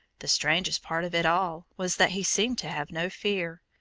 the strangest part of it all was that he seemed to have no fear.